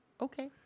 Okay